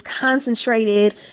concentrated